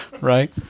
right